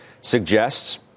suggests